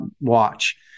watch